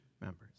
members